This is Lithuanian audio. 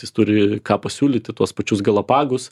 jis turi ką pasiūlyti tuos pačius galapagus